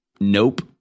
Nope